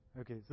Okay